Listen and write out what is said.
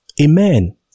Amen